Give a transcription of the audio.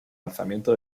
lanzamiento